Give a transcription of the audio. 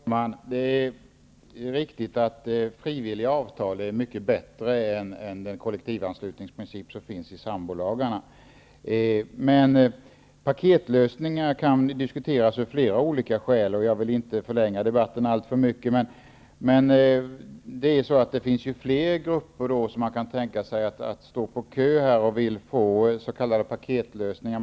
Fru talman! Det är riktigt att frivilliga avtal är mycket bättre än den kollektivanslutningsprincip som finns i sambolagarna. Paketlösningar kan diskuteras av flera olika skäl, men jag vill inte förlänga debatten alltför mycket. Det finns ju flera grupper som kan tänka sig paketlösningar och står i kö för sådana.